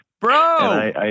Bro